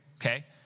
Okay